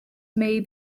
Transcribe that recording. may